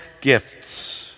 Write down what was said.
gifts